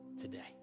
today